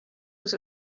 was